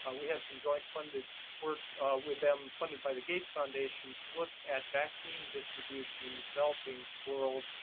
ah we have some joint funded work with them, funded by the gates foundation, to look at vaccine distribution in the developing world.